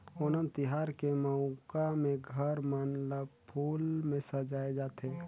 ओनम तिहार के मउका में घर मन ल फूल में सजाए जाथे